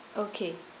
okay